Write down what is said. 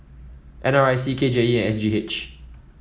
N R I C K J E and S G H